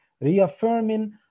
reaffirming